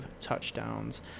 touchdowns